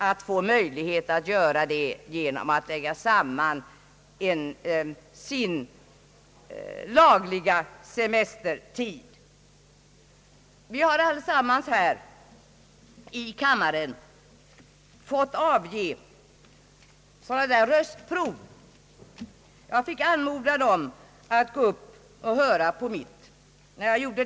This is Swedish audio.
Det kan ske genom möjligheten att lägga samman den lagliga semestertiden för olika år. Vi har allesammans i denna kammare fått avge röstprov. Jag fick en an modan om att lyssna på min egen röst.